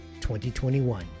2021